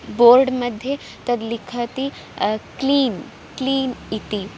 board मध्ये तद् लिखति क्लीन् क्लीन् इति